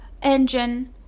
engine